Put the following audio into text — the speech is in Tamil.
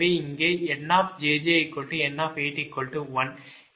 எனவே I8i